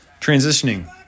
Transitioning